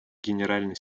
генеральный